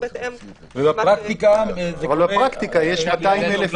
זה בהתאם -- אבל בפרקטיקה --- גילוי נאות